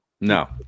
No